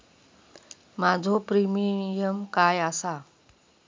माझो प्रीमियम काय आसा?